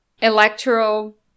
electoral